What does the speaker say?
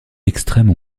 extrême